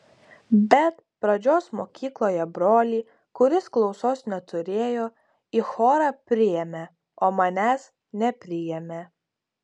bet pradžios mokykloje brolį kuris klausos neturėjo į chorą priėmė o manęs nepriėmė